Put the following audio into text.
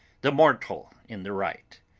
the mortal in the right.